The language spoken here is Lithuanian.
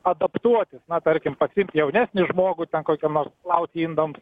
adaptuotis na tarkim pasiimt jaunesnį žmogų kokiem nors plaut indams